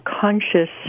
conscious